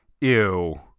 Ew